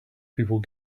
people